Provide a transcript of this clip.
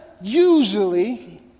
usually